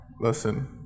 Listen